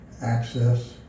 access